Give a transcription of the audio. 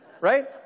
Right